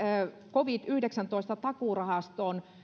covid yhdeksäntoista takuurahastoon